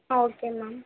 ah okay ma'am